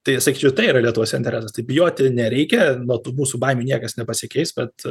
tai sakyčiau tai yra lietuvos interesas tai bijoti nereikia nuo tų mūsų baimių niekas nepasikeis bet